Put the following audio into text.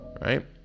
right